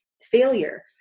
failure